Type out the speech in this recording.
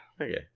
Okay